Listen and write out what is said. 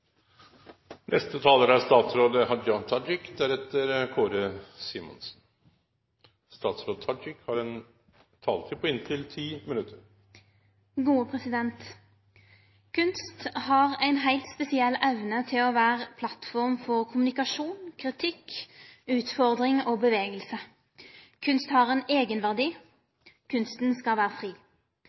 er framsatt. Kunst har ei heilt spesiell evne til å vere plattform for kommunikasjon, kritikk, utfordring og bevegelse. Kunst har ein eigenverdi. Kunsten skal vere fri.